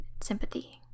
sympathy